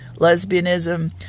lesbianism